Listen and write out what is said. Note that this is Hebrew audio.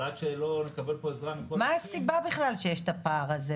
אבל עד שלא נקבל פה עזרה --- מה הסיבה בכלל שיש את הפער הזה?